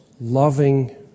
Loving